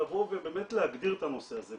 לבוא ובאמת להגדיר את הנושא הזה.